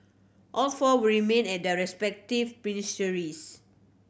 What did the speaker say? all four will remain at their respective ministries